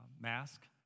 mask